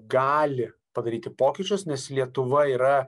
gali padaryti pokyčius nes lietuva yra